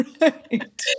right